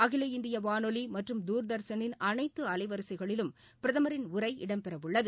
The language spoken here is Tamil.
அகில இந்திய வானொலி மற்றும் தூர்தர்ஷனின் அனைத்து அலைவரிசைகளிலும் பிரதமரின் உரை இடம்பெறவுள்ளது